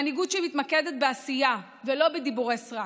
מנהיגות שמתמקדת בעשייה ולא בדיבורי סרק.